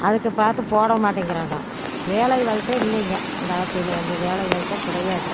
அதுக்கு பார்த்து போட மாட்டேங்கிறாங்க வேலை வாய்ப்பே இல்லீங்க இந்த ஆட்சியில் வந்து வேலை வாய்ப்பே கிடையாது